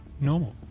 normal